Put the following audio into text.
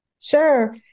Sure